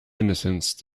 innocence